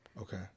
Okay